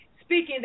speaking